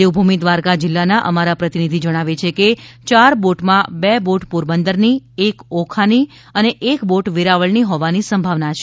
દેવભુમિ દ્વારકા જીલ્લાના અમારા પ્રતિનિધિ જણાવે છે કે ચાર બોટમાં બે બોટ પોરબંદરની એક ઓખાની અને એક બોટ વેરાવળની હોવાની સંભાવના છે